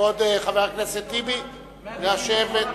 כבוד חבר הכנסת טיבי, לשבת.